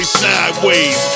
sideways